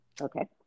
Okay